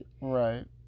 Right